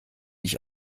ich